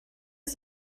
ist